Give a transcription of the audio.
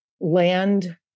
land